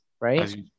right